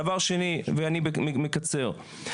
הדבר האחרון שאני רוצה לחדד, תומר